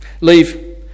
Leave